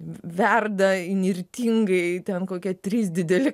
verda įnirtingai ten kokie trys dideli